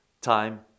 time